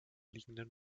liegenden